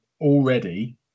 already